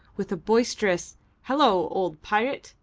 with a boisterous hallo, old pirate!